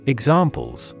Examples